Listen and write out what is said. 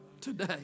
today